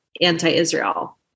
anti-Israel